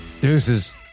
Deuces